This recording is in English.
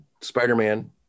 Spider-Man